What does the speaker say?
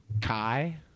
kai